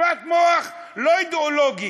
שטיפת מוח לא אידיאולוגית,